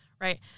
right